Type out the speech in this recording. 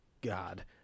God